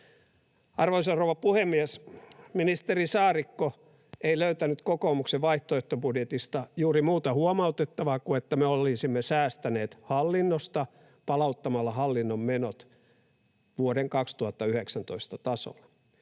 Arvoisa rouva puhemies! Ministeri Saarikko ei löytänyt kokoomuksen vaihtoehtobudjetista juuri muuta huomautettavaa kuin sen, että me olisimme säästäneet hallinnosta palauttamalla hallinnon menot vuoden 2019 tasolle.